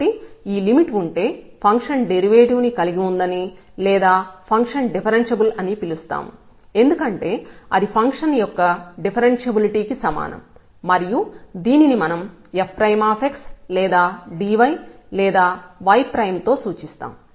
కాబట్టి ఈ లిమిట్ ఉంటే ఫంక్షన్ డెరివేటివ్ ను కలిగి ఉందని లేదా ఫంక్షన్ డిఫరెన్ష్యబుల్ అని పిలుస్తాం ఎందుకంటే అది ఫంక్షన్ యొక్క డిఫరెన్షబులిటీ కి సమానం మరియు దీనిని మనం f లేదా dy లేదా y తో సూచిస్తాం